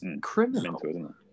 criminal